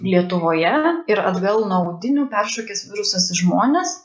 lietuvoje ir atgal nuo audinių peršokęs virusas į žmones